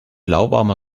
lauwarmer